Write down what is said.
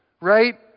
Right